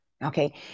Okay